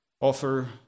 offer